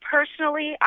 Personally